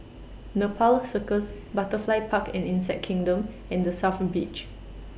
Nepal Circus Butterfly Park and Insect Kingdom and The South Beach